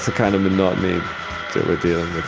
ah kind of monotony that we're dealing with